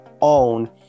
own